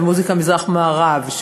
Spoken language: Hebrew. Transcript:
במוזיקה מזרח-מערב.